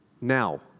now